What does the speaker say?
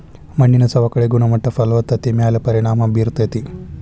ಮಣ್ಣಿನ ಸವಕಳಿ ಗುಣಮಟ್ಟ ಫಲವತ್ತತೆ ಮ್ಯಾಲ ಪರಿಣಾಮಾ ಬೇರತತಿ